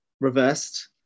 reversed